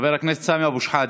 חבר הכנסת סמי אבו שחאדה,